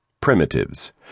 primitives